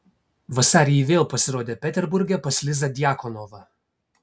vasarį ji vėl pasirodė peterburge pas lizą djakonovą